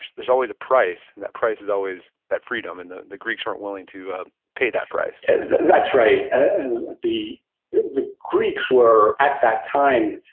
there's always a price, and that price is always that freedom, and the the greeks weren't willing to ah pay that price that's right. and the the greeks were, at that time,